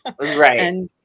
Right